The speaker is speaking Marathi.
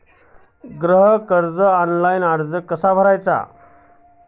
गृह कर्जासाठी ऑनलाइन अर्ज कसा भरायचा?